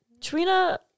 Trina